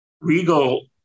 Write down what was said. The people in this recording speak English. Regal